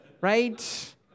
right